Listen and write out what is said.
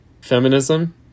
Feminism